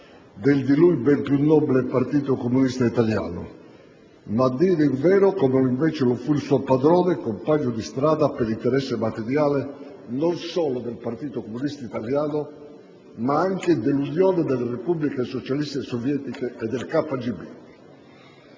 del di lui ben più nobile Partito comunista italiano, ma, a dire il vero, non come invece lo fu il suo padrone, «compagno di strada» - per interesse materiale - non solo del Partito comunista italiano, ma anche dell'Unione delle Repubbliche Socialiste Sovietiche e del KGB.